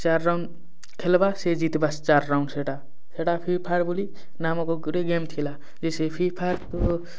ଚାର୍ ରାଉଣ୍ଡ ଖେଲ୍ବା ସେ ଜିତିବା ସେ ଚାର୍ ରାଉଣ୍ଡ ସେଇଟା ସେଇଟା ଫ୍ରିଫାୟାର୍ ବୋଲି ନାମକ ଗୋଟେ ଗେମ୍ ଥିଲା ଯେ ସେ ଫ୍ରିଫାୟାର୍ ତ